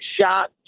shot